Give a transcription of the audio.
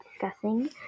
discussing